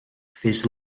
fes